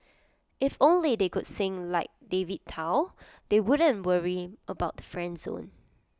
if only they could sing like David Tao they wouldn't worry about the friend zone